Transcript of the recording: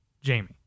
Jamie